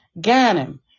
Ganem